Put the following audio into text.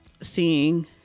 Seeing